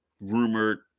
rumored